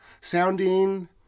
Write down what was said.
Sounding